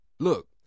Look